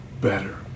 better